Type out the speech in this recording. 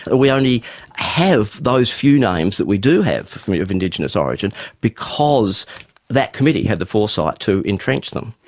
ah we only have those few names that we do have of indigenous origin because that committee had the foresight to entrench them.